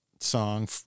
song